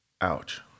Ouch